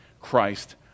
Christ